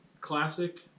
classic